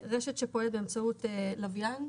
רשת שפועלת באמצעות לווין,